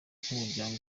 k’umuryango